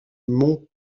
mont